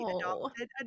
adopted